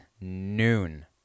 noon